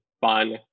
fun